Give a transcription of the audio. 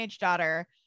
daughter